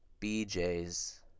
BJ's